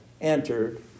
entered